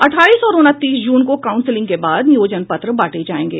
अट्ठाईस और उनतीस जून को काउंसिलिंग के बाद नियोजन पत्र बांटे जायेंगे